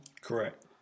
Correct